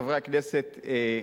חברי הכנסת,